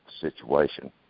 situation